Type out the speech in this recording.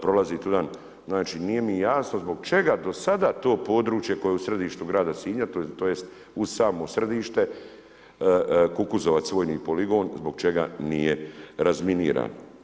Prolazim tuda, nije mi jasno, zbog čega do sada to područje, koje je u središtu grada Sinja, tj. u samom središte, Kukuzovac vojni poligon, zbog čega nije razminiran.